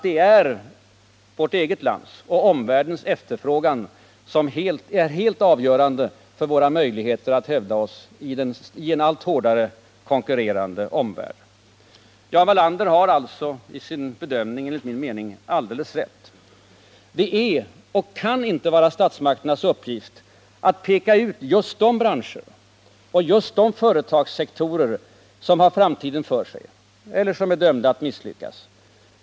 Det är vårt eget lands och omvärldens efterfrågan som är helt avgörande för våra möjligheter att hävda oss i en allt hårdare konkurrerande omvärld. Jan Wallander har enligt min mening alldeles rätt i sin bedömning. Det är inte och kan inte vara statsmakternas uppgift att peka ut just de branscher och just de företagssektorer som har framtiden för sig eller som är dömda att misslyckas.